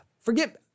forget